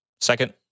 Second